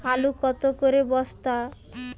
আলু কত করে বস্তা?